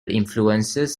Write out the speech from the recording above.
influences